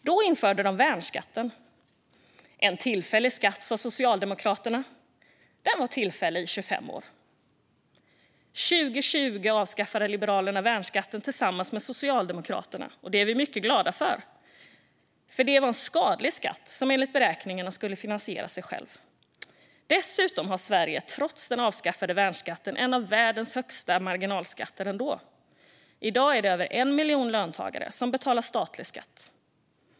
Då införde de värnskatten - en tillfällig skatt, sa Socialdemokraterna. Den var tillfällig i 25 år. År 2020 avskaffade Liberalerna värnskatten tillsammans med Socialdemokraterna, och det är vi mycket glada för. Det var en skadlig skatt, som enligt beräkningarna skulle finansiera sig själv. Dessutom har Sverige trots avskaffad värnskatt en av världens högsta marginalskatter. I dag är det över 1 miljon löntagare som betalar statlig skatt.